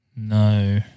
No